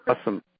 Awesome